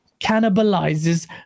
cannibalizes